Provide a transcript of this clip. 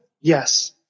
Yes